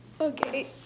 okay